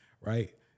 right